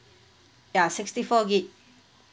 ya sixty four gig